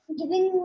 giving